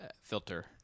filter